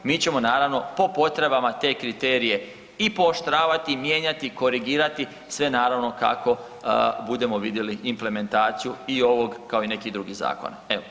Mi ćemo naravno po potrebama te kriterije i pooštravati, mijenjati, korigirati sve naravno kako budemo vidjeli implementaciju i ovog kao i nekih drugih zakona.